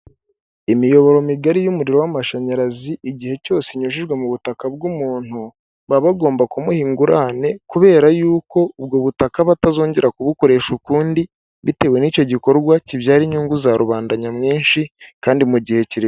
Imiyoboro migari y'umuriro w'amashanyarazi, igihe cyose inyujijwe mu butaka bw'umuntu, baba bagomba kumuha ingurane, kubera yuko ubwo butaka aba atazongera kubukoresha ukundi, bitewe n'icyo gikorwa kibyara inyungu za rubanda nyamwinshi kandi mu gihe kirekire.